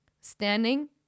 standing